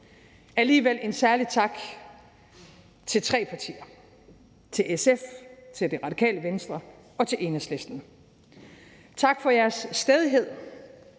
sige en særlig tak til tre partier: SF, Radikale Venstre og Enhedslisten. Tak for jeres stædighed,